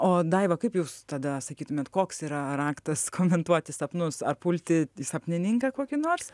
o daiva kaip jūs tada sakytumėt koks yra raktas komentuoti sapnus ar pulti į sapnininką kokį nors